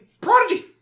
Prodigy